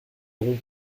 aurons